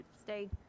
Stay